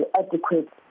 adequate